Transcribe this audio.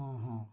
ହଁ ହଁ